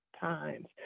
times